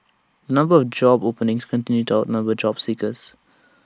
number of job openings continued to outnumber job seekers